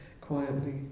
quietly